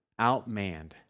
outmanned